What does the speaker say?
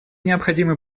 необходимы